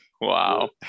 Wow